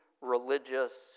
religious